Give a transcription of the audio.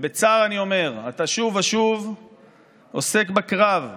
ובצער אני אומר: אתה שוב ושוב עוסק בקרב,